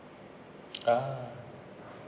ah